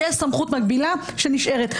יש סמכות מקבילה שנשארת.